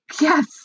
Yes